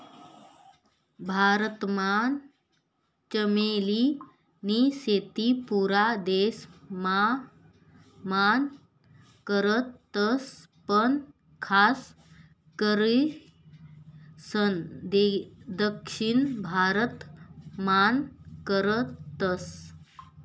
भारत मान चमेली नी शेती पुरा देश मान करतस पण खास करीसन दक्षिण भारत मान करतस